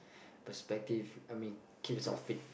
perspective I mean keeps yourself fit